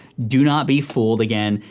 do not be fooled, again,